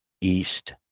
east